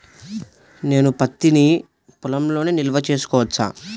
నేను పత్తి నీ పొలంలోనే నిల్వ చేసుకోవచ్చా?